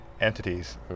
entities